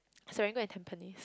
Serangoon and Tampines